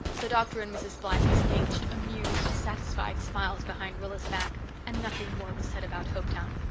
the doctor and mrs. blythe exchanged amused, satisfied smiles behind rilla's back and nothing more was said about hopetown.